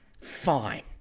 fine